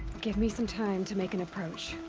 give me some time to make an approach.